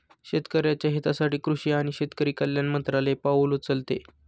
शेतकऱ्याच्या हितासाठी कृषी आणि शेतकरी कल्याण मंत्रालय पाउल उचलते